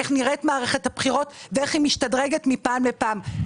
איך נראית מערכת הבחירות ואיך היא משתדרגת מפעם לפעם.